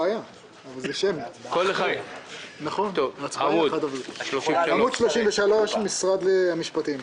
עמוד 33, משרד המשפטים.